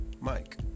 Mike